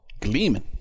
gleaming